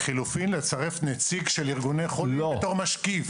או לחלופין לצרף נציג של ארגוני חולים בתור משקיף.